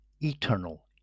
eternal